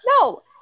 No